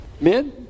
Men